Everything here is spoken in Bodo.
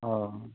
अह